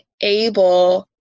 able